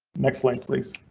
next line please.